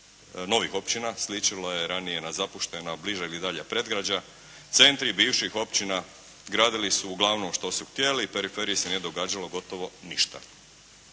novih općina, sličilo je na ranije zapuštena bliža i daljnja predgrađa. Centri bivših općina gradili su uglavnom što su htjeli, u periferiji se nije događalo gotovo ništa.